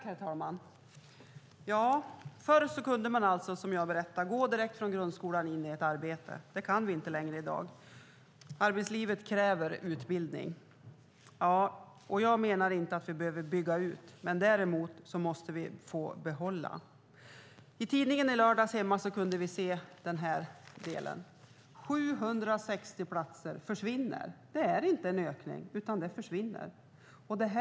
Herr talman! Förr kunde man alltså, som jag berättade, gå direkt från grundskolan in i ett arbete. Det kan vi inte längre i dag. Arbetslivet kräver utbildning. Jag menar inte att vi behöver bygga ut; däremot måste vi få behålla. I tidningen hemma i lördags kunde vi se rubriken: 760 platser försvinner. Det är inte en ökning, utan det är platser som försvinner.